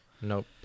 Nope